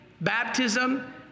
baptism